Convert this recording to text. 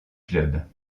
clubs